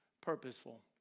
purposeful